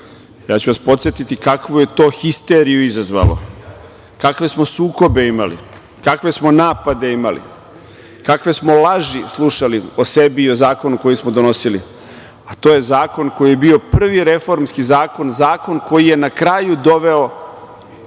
radu. Podsetiću vas kakvu je to histeriju izazvalo, kakve smo sukobe imali, kakve smo napade imali, kakve smo laži slušali o sebi i o zakonu koji smo donosili, a to je zakon koji je bio prvi reformski zakon, zakon koji je na kraju doveo